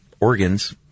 organs